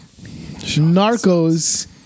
Narcos